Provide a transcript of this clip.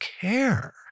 care